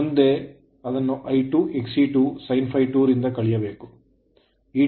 ಆದ್ದರಿಂದ ಮುಂದೆ ಅದನ್ನು I2Xe2sin ∅2ರಿಂದ ಕಳೆಯಬೇಕು